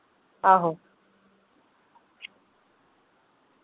आहो